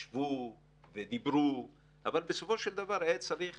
ישבו ודיברו, אבל בסופו של דבר, היה צריך